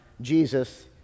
Jesus